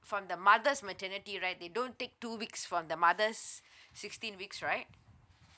from the mother's maternity right they don't take two weeks from the mother's sixteen weeks right